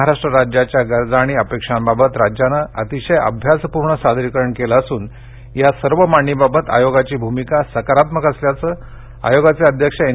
महाराष्ट्र राज्याच्या गरजा आणि अपेक्षांबाबत राज्यानं अतिशय अभ्यासपूर्ण सादरीकरण केलं असून या सर्व मांडणीबाबत आयोगाची भूमिका सकारात्मक असल्याचं आयोगाचे अध्यक्ष एन